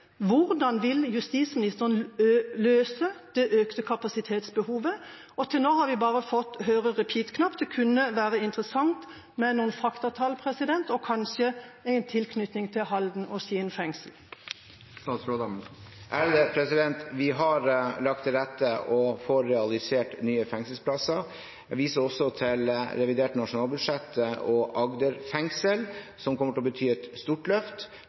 Hvordan vil justisministeren løse det økte kapasitetsbehovet? Til nå har vi bare fått høre «repeat»-knappen. Det kunne være interessant med noen faktatall, og kanskje i tilknytning til fengslene i Halden og Skien? Vi har lagt til rette og får realisert nye fengselsplasser. Jeg viser også til revidert nasjonalbudsjett og Agder fengsel, som kommer til å bety et stort løft.